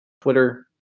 Twitter